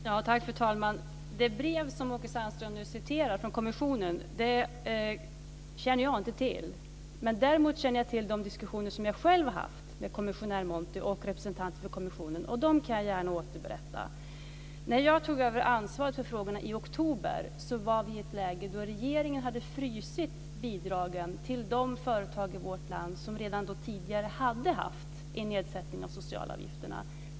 Fru talman! Det brev från kommissionen som Åke Sandström refererar till känner jag inte till. Däremot känner jag till de diskussioner som jag själv har fört med kommissionär Monti och representanter för kommissionen och dem kan jag gärna återberätta. När jag tog över ansvaret för frågorna i oktober var vi i ett läge där regeringen hade fryst bidragen till de företag i vårt land som redan tidigare hade haft en nedsättning av de sociala avgifterna.